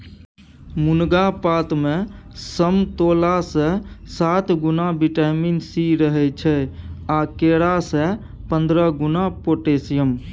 मुनगा पातमे समतोलासँ सात गुणा बिटामिन सी रहय छै आ केरा सँ पंद्रह गुणा पोटेशियम